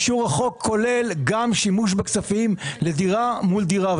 כולל גם שימוש בכספים לדירה מול דירה.